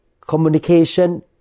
communication